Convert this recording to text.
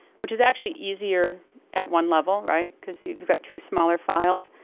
which is actually easier at one level, right, because we've got two smaller files.